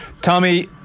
Tommy